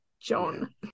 John